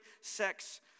sex